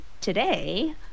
today